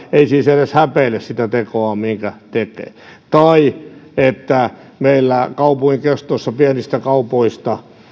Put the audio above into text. ei siis edes häpeile sitä tekoaan minkä tekee tai meillä kaupunkien keskustoissa pienissä kaupoissa